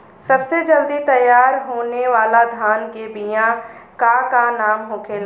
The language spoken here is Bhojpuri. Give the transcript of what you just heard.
सबसे जल्दी तैयार होने वाला धान के बिया का का नाम होखेला?